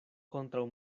kontraŭ